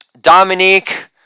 Dominique